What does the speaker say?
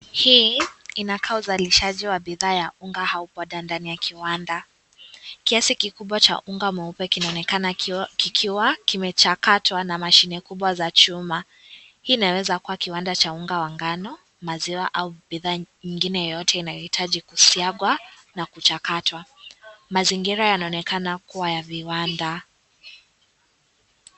Hii inakaa uzalishaji wa bidhaa ya unga au poda ndani ya kiwanda ,kiasi kikubwa cha unga mweupe kinaonekana kikiwa kimechakatwa na mashine kubwa za chuma .Hii inaweza kuwa kiwanda cha unga wa ngano ,maziwa au bidhaa nyngine yoyoten inayohitaji kusiagwa na kuchakata, mazingira yanaonekana kuwa ya viwanda.